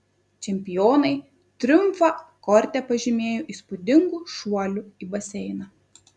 čempionai triumfą korte pažymėjo įspūdingu šuoliu į baseiną